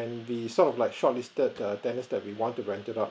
and this sort of like a shortlisted err tenants that we want to rent it out